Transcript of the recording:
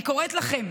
אני קוראת לכם: